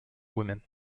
women